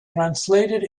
translated